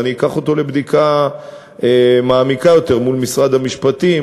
ואני אקח אותו לבדיקה מעמיקה יותר מול משרד המשפטים,